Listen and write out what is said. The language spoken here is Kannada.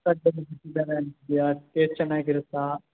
ಟೇಸ್ಟ್ ಚೆನ್ನಾಗಿರುತ್ತಾ